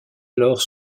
alors